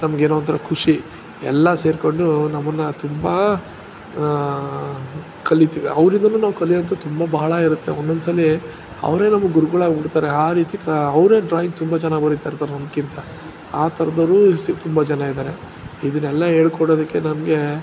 ನಮಗೇನೊ ಒಂಥರ ಖುಷಿ ಎಲ್ಲ ಸೇರಿಕೊಂಡು ನಮ್ಮನ್ನು ತುಂಬ ಕಲಿತೀವಿ ಅವರಿಂದಾನು ನಾವು ಕಲಿಯುವಂತದ್ದು ತುಂಬ ಬಹಳ ಇರುತ್ತೆ ಒಂದೊಂದ್ಸಲ ಅವರೇ ನಮ್ಗೆ ಗುರುಗಳಾಗಿ ಬಿಡ್ತಾರೆ ಆ ರೀತಿ ಅವರೇ ಡ್ರಾಯಿಂಗ್ ತುಂಬ ಚೆನ್ನಾಗಿ ಬರಿತಿರ್ತಾರೆ ನಮ್ಗಿಂತ ಆ ಥರದವ್ರು ತುಂಬ ಜನ ಇದ್ದಾರೆ ಇದನ್ನೆಲ್ಲ ಹೇಳೊಕೊಡೊದಕ್ಕೆ ನನಗೆ